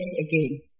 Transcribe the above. again